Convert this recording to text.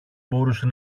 μπορούσε